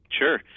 Sure